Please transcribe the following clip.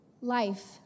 life